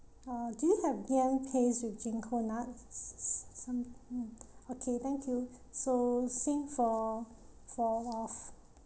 uh do you have yam paste with ginkgo nuts mm okay thank you so same for four of